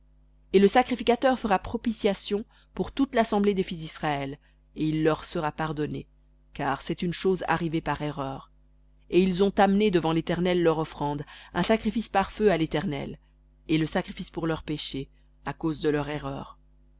et le sacrificateur fera propitiation pour toute l'assemblée des fils d'israël et il leur sera pardonné car c'est une chose arrivée par erreur et ils ont amené devant l'éternel leur offrande un sacrifice par feu à l'éternel et le sacrifice pour leur péché à cause de leur erreur